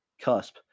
cusp